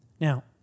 Now